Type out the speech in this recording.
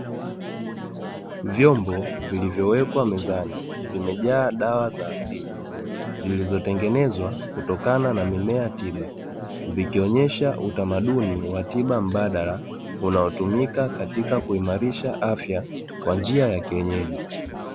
Vyombo vilivyo wekwa mezani, Vimejaa dawa za asili zilizo tengenezwa kutokana na mimea tiba, Vikionesha utamaduni wa tiba mbadala unaotumika katika kuimarisha afya kwa njia ya kienyeji.